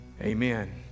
Amen